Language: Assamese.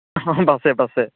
অঁ বাছে বাছে